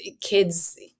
kids